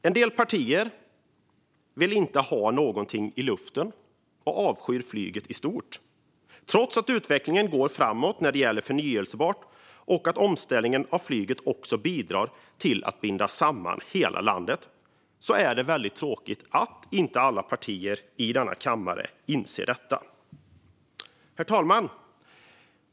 En del partier vill inte ha något i luften utan avskyr flyget, trots att utvecklingen går framåt när det gäller förnybart och att omställningen av flyget också bidrar till att binda samman landet. Det är tråkigt att inte alla partier i denna kammare inser detta.